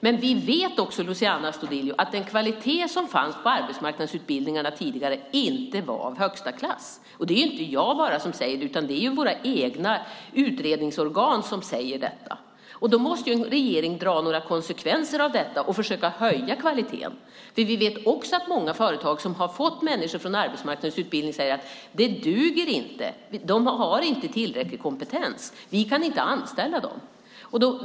Men vi vet också, Luciano Astudillo, att den kvalitet som fanns på arbetsmarknadsutbildningarna tidigare inte var av högsta klass. Det är inte bara jag som säger det, utan det är våra egna utredningsorgan som säger detta. Då måste en regering dra några konsekvenser av detta och försöka höja kvaliteten. Vi vet nämligen att många företag som har fått människor från arbetsmarknadsutbildning säger att dessa människor inte duger. De har inte tillräcklig kompetens. Företagen kan inte anställa dem.